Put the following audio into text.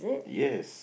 yes